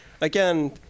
again